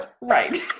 right